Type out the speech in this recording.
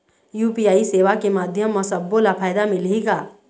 UPI सेवा के माध्यम म सब्बो ला फायदा मिलही का?